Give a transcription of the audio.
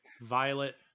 Violet